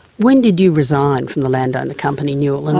when did you resign from the landowner company newil and